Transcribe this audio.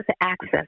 access